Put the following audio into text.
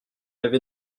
avait